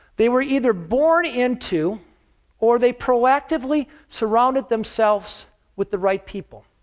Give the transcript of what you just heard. they were either born into or they proactively surrounded themselves with the right people.